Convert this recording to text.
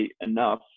enough